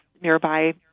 nearby